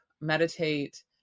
meditate